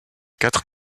quatre